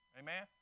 Amen